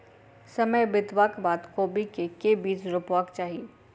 समय बितबाक बाद कोबी केँ के बीज रोपबाक चाहि?